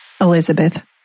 Elizabeth